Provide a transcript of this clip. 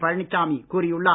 பழனிச்சாமி கூறியுள்ளார்